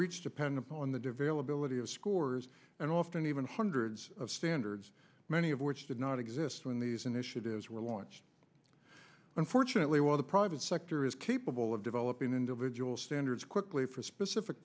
each dependent on the develop ability of scores and often even hundreds of standards many of which did not exist when these initiatives were launched unfortunately while the private sector is capable of developing individual standards quickly for specific